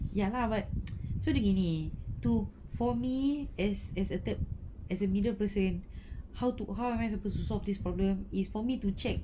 ya lah but so dia gini to for me as as a third as a middle person how to how am I supposed to solve this problem is for me to check